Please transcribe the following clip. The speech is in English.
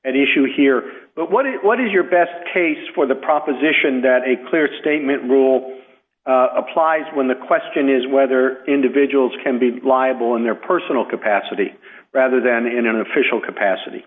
at issue here but what it what is your best case for the proposition that a clear statement rule applies when the question is whether individuals can be liable in their personal capacity rather than in an official capacity